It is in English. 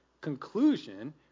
conclusion